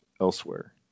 elsewhere